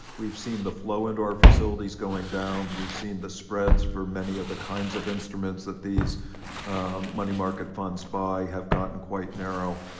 we've seen the flow into our facilities going down. we've seen the spreads for many of the kinds of instruments that these um money market funds buy have gotten quite narrow.